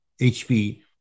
HP